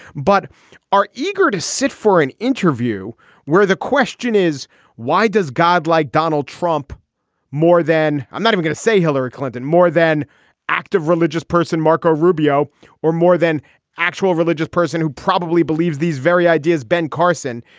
but are eager to sit for an interview where the question is why does god like donald trump more than i'm not even going to say hillary clinton more than active religious person marco rubio or more than actual religious person who probably believes these very ideas? ben carson.